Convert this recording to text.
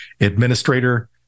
administrator